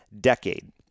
decade